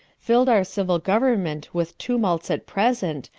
filled our civil government with tumults at present,